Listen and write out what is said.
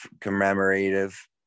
commemorative